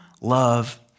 love